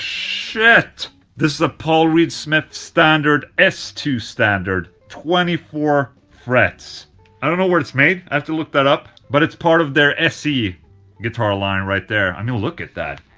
shit this is a paul reed smith standard s two standard, twenty four frets i don't know where it's made, i have to look that up but it's part of their se guitar line right there i mean, look at that